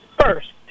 first